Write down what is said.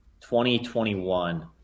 2021